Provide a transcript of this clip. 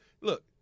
Look